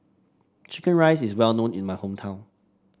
chicken rice is well known in my hometown